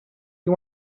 you